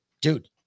dude